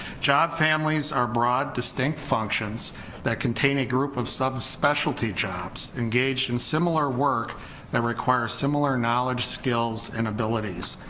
job families are broad distinct functions that contain a group of subspecialty jobs engaged in similar work that require similar knowledge, skills, and abilities.